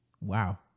Wow